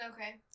Okay